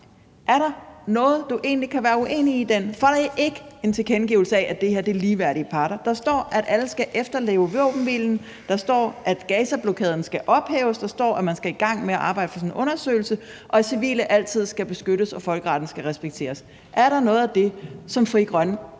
Er der noget, du egentlig kan være uenig i i forslaget til vedtagelse? For det er ikke en tilkendegivelse af, at det her er ligeværdige parter. Der står, at alle skal efterleve våbenhvilen, der står, at Gazablokaden skal ophæves, der står, at man skal i gang med at arbejde for en undersøgelse, og der står, at civile altid skal beskyttes, og at folkeretten skal respekteres. Er der noget af det, som Frie Grønne